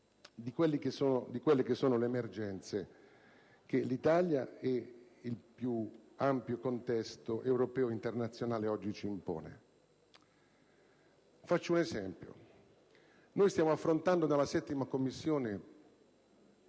delle emergenze che l'Italia ed il più ampio contesto europeo ed internazionale oggi ci impone. Faccio un esempio: stiamo affrontando nella 7a Commissione